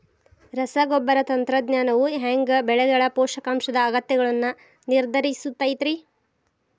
ರಸಗೊಬ್ಬರ ತಂತ್ರಜ್ಞಾನವು ಹ್ಯಾಂಗ ಬೆಳೆಗಳ ಪೋಷಕಾಂಶದ ಅಗತ್ಯಗಳನ್ನ ನಿರ್ಧರಿಸುತೈತ್ರಿ?